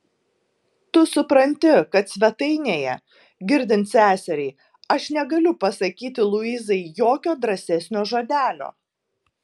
tu supranti kad svetainėje girdint seseriai aš negaliu pasakyti luizai jokio drąsesnio žodelio